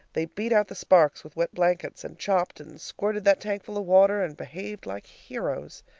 they beat out the sparks with wet blankets, and chopped, and squirted that tankful of water, and behaved like heroes.